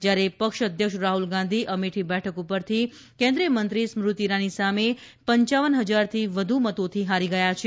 જ્યારે પક્ષ અધ્યક્ષ રાહુલ ગાંધી અમેઠી બેઠક ઉપરથી કેન્દ્રીય મંત્રી સ્મૂતિ ઇરાની સામે પપ હજારથી વ્ધુ મતોથી હારી ગયા છે